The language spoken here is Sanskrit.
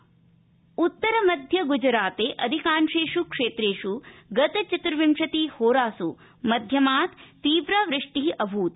गुजरात उतर मध्य गुजराते अधिकांशेषु क्षेत्रेषु गत चतुर्विंशतिहोरासु मध्यमात् तीव्रा वृष्टि अभूत्